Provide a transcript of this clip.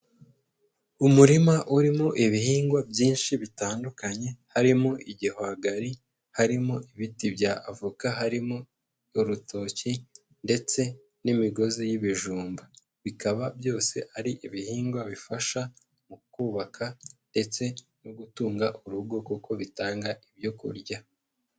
Umurima urimo ibihingwa byinshi bitandukanye, harimo igihwagari, harimo ibiti bya avoka, harimo urutoki ndetse n'imigozi y'ibijumba, bikaba byose ari ibihingwa bifasha mu kubaka ndetse no gutunga urugo kuko bitanga ibyo kurya.